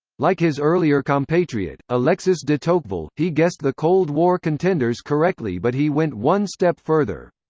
like his earlier compatriot, alexis de tocqueville, he guessed the cold war contenders correctly but he went one step further.